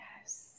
Yes